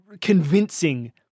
convincing